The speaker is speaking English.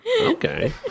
okay